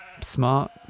Smart